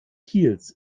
kiels